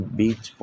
beach